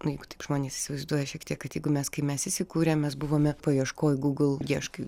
nu jeigu taip žmonės įsivaizduoja šiek tiek kad jeigu mes kai mes įsikūrėm mes buvome paieškoj google ieškai